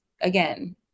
again